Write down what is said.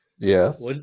Yes